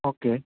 okay